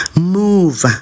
Move